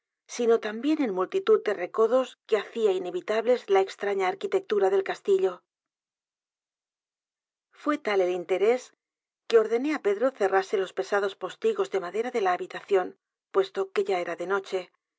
sino también en multitud de recodos que hacía inevitables la extraña arquitectura del castillo f u é tal el interés que ordenó á pedro cerrase los pesados postigos de madera de la habitación puesto que ya era de noche